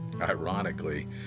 Ironically